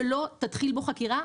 שלא תתחיל בו חקירה,